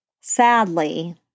sadly